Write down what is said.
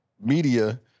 media